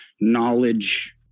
knowledge